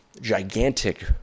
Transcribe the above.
gigantic